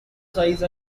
size